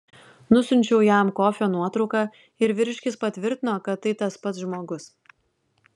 nusiunčiau jam kofio nuotrauką ir vyriškis patvirtino kad tai tas pats žmogus